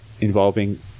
involving